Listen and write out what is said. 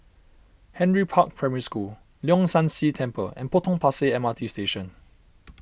Henry Park Primary School Leong San See Temple and Potong Pasir M R T Station